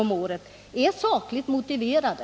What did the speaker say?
om året är sakligt motiverade?